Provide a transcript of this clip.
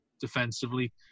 defensively